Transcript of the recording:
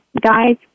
guys